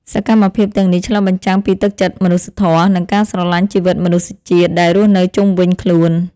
សកម្មភាពទាំងនេះឆ្លុះបញ្ចាំងពីទឹកចិត្តមនុស្សធម៌ និងការស្រឡាញ់ជីវិតមនុស្សជាតិដែលរស់នៅជុំវិញខ្លួន។